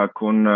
con